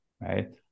right